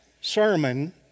sermon